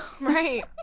Right